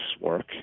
work